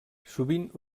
sovint